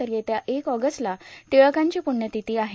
तर येत्या एक ऑगस्टला टिळ्कांची पुण्यतिथी आहे